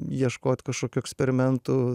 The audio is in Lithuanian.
ieškot kažkokių eksperimentų